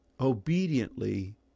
obediently